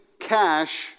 cash